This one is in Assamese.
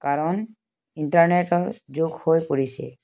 কাৰণ ইণ্টাৰনেটৰ যুগ হৈ পৰিছে